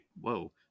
whoa